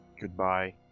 Goodbye